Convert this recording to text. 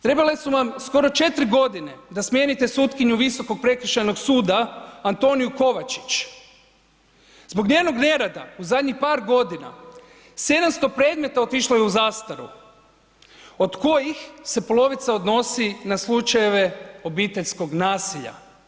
Trebale su vam skoro 4 godine da smijenite sutkinju Visokog prekršajnog suda Antoniju Kovačić zbog njenog nerada u zadnjih par godina 700 predmeta otišlo je u zastaru od kojih se polovica odnosi na slučajeve obiteljskog nasilja.